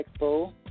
expo